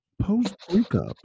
post-breakup